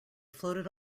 floated